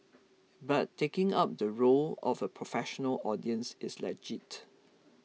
but taking up the role of a professional audience is legit